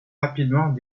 rapidement